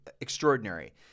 extraordinary